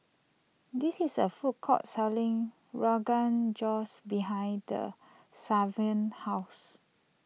this is a food court selling Rogan Joshs behind Savon's house